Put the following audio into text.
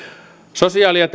sosiaali ja